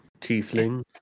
Tiefling